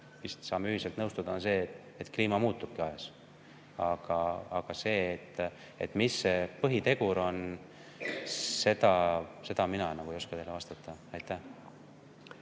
vist saame ühiselt nõustuda, on see, et kliima muutubki ajas. Aga seda, et mis see põhitegur on, mina ei oska teile öelda. Aitäh!